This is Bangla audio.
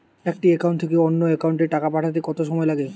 একটি একাউন্ট থেকে অন্য একাউন্টে টাকা পাঠাতে কত সময় লাগে?